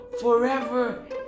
forever